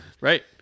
Right